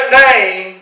name